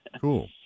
Cool